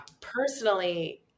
Personally